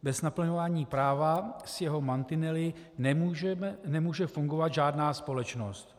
Bez naplňování práva s jeho mantinely nemůže fungovat žádná společnost.